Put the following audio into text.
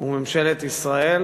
וממשלת ישראל.